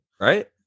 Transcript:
Right